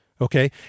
Okay